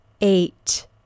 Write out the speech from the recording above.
Eight